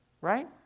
Right